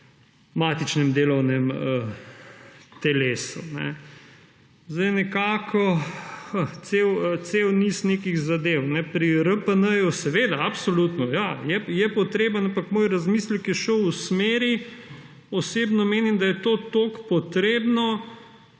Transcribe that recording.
matičnem delovnem telesu. Cel niz nekih zadev. Pri RPN. Seveda, absolutno ja, je potreben. Ampak moj razmislek je šel v smeri, da osebno menim, da je to tako potrebno